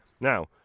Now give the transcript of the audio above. Now